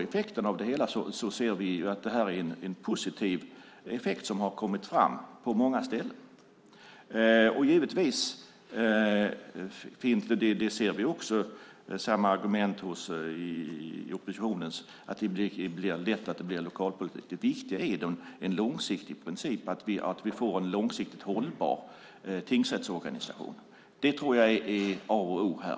Effekten av det hela är positiv på många ställen. Givetvis är det lätt att det blir lokalpolitik. Det ser vi också. Samma argument finns hos oppositionen. Det viktiga är vi får en långsiktigt hållbar tingsrättsorganisation. Jag tror att det är A och O här.